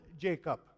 Jacob